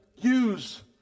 Use